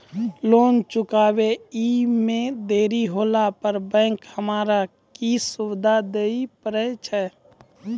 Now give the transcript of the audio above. Loan चुकब इ मे देरी होला पर बैंक हमरा की सुविधा दिये पारे छै?